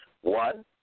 One